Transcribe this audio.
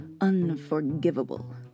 Unforgivable